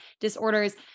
disorders